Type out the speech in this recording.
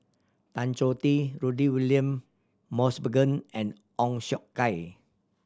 Tan Choh Tee Rudy William Mosbergen and Ong Siong Kai